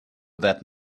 that